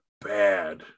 bad